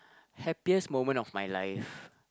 happiest moment of my life